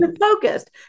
focused